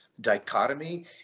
dichotomy